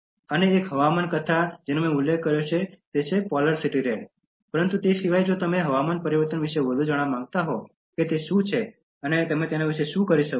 અને એક હવામાન કથા જેનો મેં ઉલ્લેખ કર્યો છે તે છે Polar City Red પરંતુ તે સિવાય જો તમે હવામાન પરિવર્તન વિશે વધુ જાણવા માંગતા હોવ તો તે શું છે અને તમે તેના વિશે શું કરી શકો છો